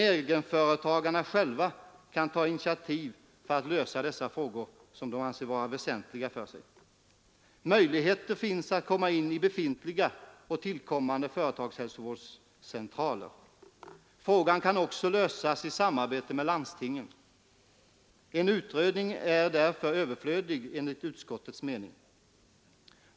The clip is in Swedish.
Egenföretagarna kan dock själva ta initiativ för att lösa frågor som de anser vara väsentliga för dem. Möjligheter finns att komma in i befintliga och tillkommande företagshälsovårdscentraler. Frågan kan också lösas i samarbete med landstingen. En utredning är därför överflödig enligt utskottets mening.